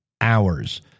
hours